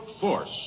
force